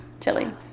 Chili